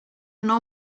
know